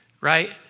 right